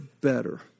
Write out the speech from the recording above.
better